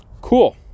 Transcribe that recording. Cool